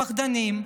פחדנים.